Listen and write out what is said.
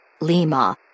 Lima